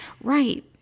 Right